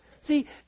See